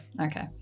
okay